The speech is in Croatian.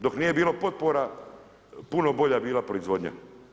Dok nije bilo potpora, puno je bolja bila proizvodnja.